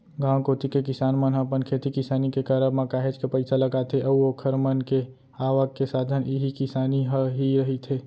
गांव कोती के किसान मन ह अपन खेती किसानी के करब म काहेच के पइसा लगाथे अऊ ओखर मन के आवक के साधन इही किसानी ह ही रहिथे